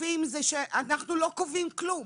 שקופים זה שאנחנו לא קובעים כלום.